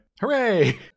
Hooray